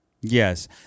Yes